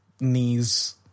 knees